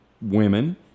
women